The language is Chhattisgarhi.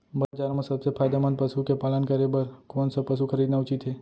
बजार म सबसे फायदामंद पसु के पालन करे बर कोन स पसु खरीदना उचित हे?